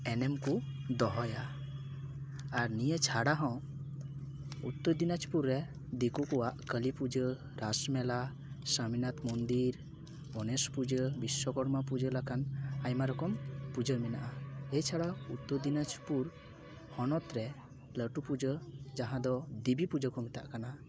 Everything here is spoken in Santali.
ᱮᱱᱮᱢ ᱠᱚ ᱫᱚᱦᱚᱭᱟ ᱟᱨ ᱱᱤᱭᱟᱹ ᱪᱷᱟᱰᱟ ᱦᱚᱸ ᱩᱛᱛᱚᱨ ᱫᱤᱱᱟᱡᱽᱯᱩᱨ ᱨᱮ ᱫᱤᱠᱩ ᱠᱚᱣᱟᱜ ᱠᱟᱹᱞᱤ ᱯᱩᱡᱟᱹ ᱨᱟᱥ ᱢᱮᱞᱟ ᱥᱟᱢᱤᱱᱟᱛᱷ ᱢᱩᱱᱫᱤᱨ ᱜᱚᱱᱮᱥ ᱯᱩᱡᱟᱹ ᱵᱤᱥᱥᱚᱠᱚᱨᱢᱟ ᱯᱩᱡᱟᱹ ᱞᱮᱠᱟᱱ ᱟᱭᱢᱟ ᱨᱚᱠᱚᱢ ᱯᱩᱡᱟᱹ ᱢᱮᱱᱟᱜᱼᱟ ᱮ ᱪᱷᱟᱲᱟ ᱩᱛᱛᱚᱨ ᱫᱤᱱᱟᱡᱽᱯᱩᱨ ᱦᱚᱱᱚᱛ ᱨᱮ ᱞᱟᱹᱴᱩ ᱯᱩᱡᱟᱹ ᱡᱟᱦᱟᱸ ᱫᱚ ᱫᱮᱵᱤ ᱯᱩᱡᱟᱹ ᱠᱚ ᱢᱮᱛᱟᱜ ᱠᱟᱱᱟ